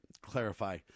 clarify